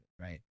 right